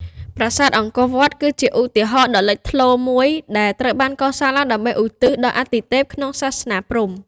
ប្រាសាទអង្គរវត្ត គឺជាឧទាហរណ៍ដ៏លេចធ្លោមួយ ដែលត្រូវបានកសាងឡើងដើម្បីឧទ្ទិសដល់អទិទេពក្នុងសាសនាព្រហ្មណ៍។